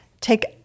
take